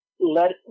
let –